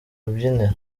rubyiniro